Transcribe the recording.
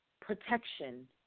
protection